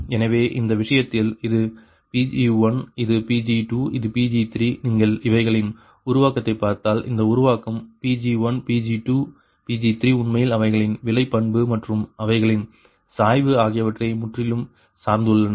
எனவே இந்த விஷயத்தில் இது Pg1 இது Pg2 இது Pg3 நீங்கள் இவைகளின் உருவாக்கத்தைப் பார்த்தால் அந்த உருவாக்கம் Pg1 Pg2 Pg3 உண்மையில் அவைகளின் விலை பண்பு மற்றும் அவைகளின் சாய்வு ஆகியவற்றை முற்றிலும் சார்ந்துள்ளன